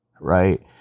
right